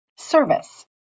Service